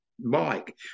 mike